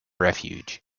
refuge